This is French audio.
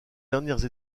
dernières